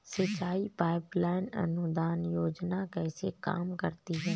सिंचाई pipeline अनुदान योजना कैसे काम करती है?